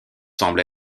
semble